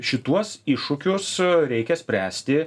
šituos iššūkius reikia spręsti